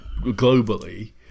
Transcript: globally